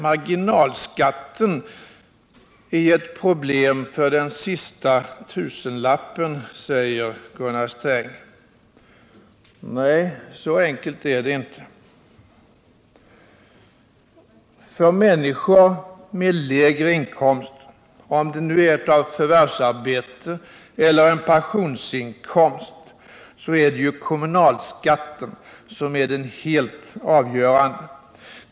Marginalskatten är ett problem för den sista tusenlappen, säger Gunnar Sträng. Nej, så enkelt är det inte. För människor med lägre inkomster — om det nu är av förvärvsarbete eller en pensionsinkomst — är det kommunalskatten som är den helt avgörande.